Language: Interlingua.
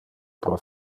pro